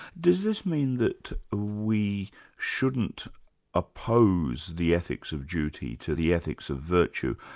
does this mean that we shouldn't oppose the ethics of duty to the ethics of virtue,